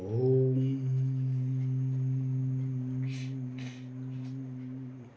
ओं